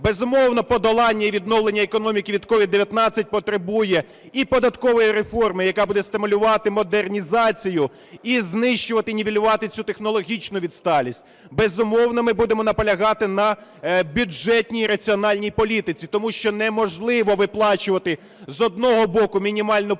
Безумовно, подолання і відновлення економіки від COVID-19 потребує і податкової реформи, яка буде стимулювати модернізацію і знищувати, нівелювати цю технологічну відсталість. Безумовно, ми будемо наполягати на бюджетній раціональній політиці, тому що неможливо виплачувати, з одного боку, мінімальну пенсію